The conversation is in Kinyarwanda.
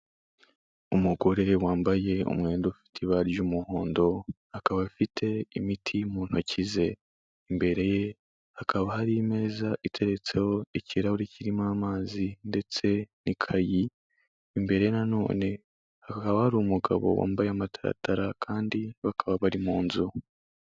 Umugore wambaye umwenda ufite ibara ry'umuhondo, akaba afite imiti mu ntoki ze, imbere ye hakaba hari imeza iteretseho ikirahuri kirimo amazi ndetse n'ikayi, imbere na none haba hari umugabo wambaye amataratara kandi bakaba bari mu nzu.